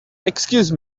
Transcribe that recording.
excuse